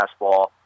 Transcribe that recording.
fastball